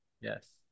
Yes